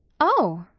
oh!